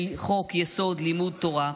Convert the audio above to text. חוק-יסוד: לימוד תורה,